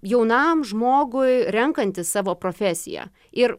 jaunam žmogui renkantis savo profesiją ir